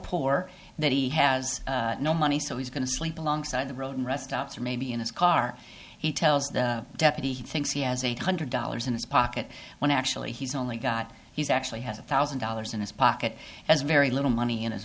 poor that he has no money so he's going to sleep alongside the road in restaurants or maybe in his car he tells the deputy he thinks he has eight hundred dollars in his pocket when actually he's only got he's actually has a thousand dollars in his pocket as very little money in his